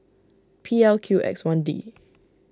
P L Q X one D